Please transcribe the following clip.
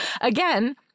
again